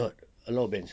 a lot a lot of bands